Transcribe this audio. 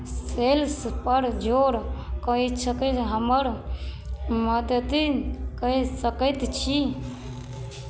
सेल्सपर जोर कहि सकैत जे हमर मदति करि सकैत छी